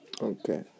Okay